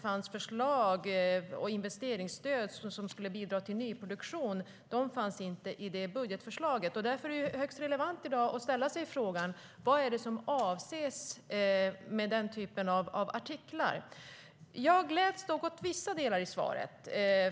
Förslag och investeringsstöd som skulle bidra till nyproduktion fanns inte i budgetförslaget. Därför är det högst relevant i dag att ställa sig frågan vad det är som avses med den typen av artikel. Jag gläds dock åt vissa delar i svaret.